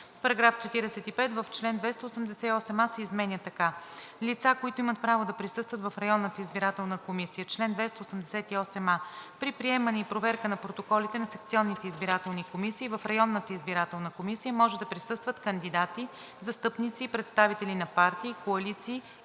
на § 18, който става § 64: „§ 64. Лица, които имат право да присъстват в общинската избирателна комисия „Чл. 446а. При приемане и проверка на протоколите на секционните избирателни комисии в общинската избирателна комисия може да присъстват кандидати, застъпници и представители на партии, коалиции